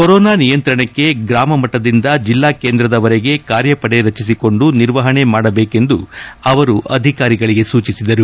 corona ನಿಯಂತ್ರಣಕ್ಕೆ ಗ್ರಾಮಮಟ್ಟದಿಂದ ಜಿಲ್ಲಾ ಕೇಂದ್ರದವರೆಗೆ ಕಾರ್ಯಪಡೆ ರಚಿಸಿಕೊಂಡು ನಿರ್ವಹಣೆ ಮಾಡಬೇಕೆಂದು ಅವರು ಅಧಿಕಾರಿಗಳಿಗೆ ಸೂಚಿಸಿದರು